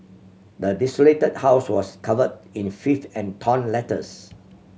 the desolated house was covered in filth and torn letters